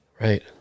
Right